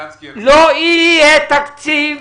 לא יהיה תקציב.